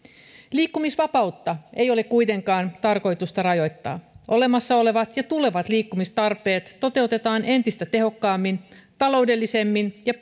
liikkumisvapautta ei ole kuitenkaan tarkoitus rajoittaa olemassa olevat ja tulevat liikkumistarpeet toteutetaan entistä tehokkaammin taloudellisemmin ja